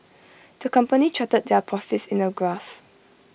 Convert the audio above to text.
the company charted their profits in A graph